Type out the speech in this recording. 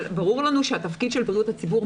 ברור לנו שהתפקיד של בריאות הציבור,